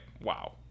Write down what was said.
wow